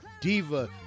diva